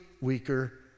weaker